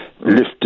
lifted